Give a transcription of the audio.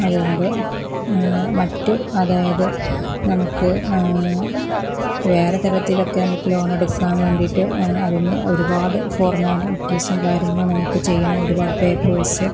അതുകൊണ്ട് മറ്റ് അതായത് നമുക്ക് വേറെ തരത്തിലൊക്കെ നമുക്ക് ലോണെടുക്കാൻ വേണ്ടിയിട്ട് അതിന് ഒരുപാട് ഫോര്മാലിറ്റീസ്സും കാര്യങ്ങളും നമുക്ക് ചെയ്യണം ഒരുപാട് പേപ്പേഴ്സ്